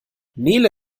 nele